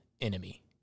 enemy